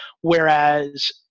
Whereas